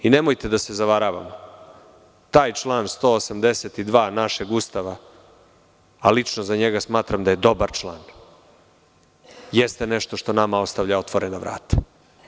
Nemojte da se zavaravamo, taj član 182. našeg Ustava, a lično za njega smatram da je dobar član, jeste nešto što nama ostavlja otvorena vrata.